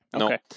okay